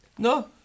No